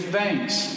thanks